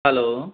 hello